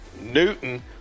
newton